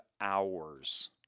hours